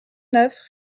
neuf